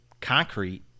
concrete